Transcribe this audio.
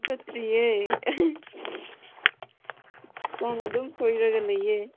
ꯆꯠꯇ꯭ꯔꯤꯌꯦ ꯄꯥꯝ ꯑꯗꯨꯝ ꯁꯨꯔꯒ ꯂꯩꯌꯦ